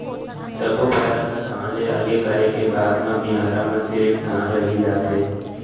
सब्बो पैरा ल धान ले अलगे करे के बाद म बियारा म सिरिफ धान रहि जाथे